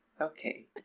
Okay